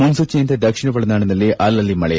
ಮುನ್ಲೂಚನೆಯಂತೆ ದಕ್ಷಿಣ ಒಳನಾಡಿನಲ್ಲಿ ಅಲಲ್ಲಿ ಮಳೆ